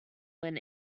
when